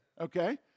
okay